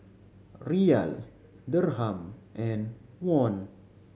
Riyal Dirham and Won